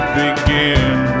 begin